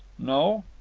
no.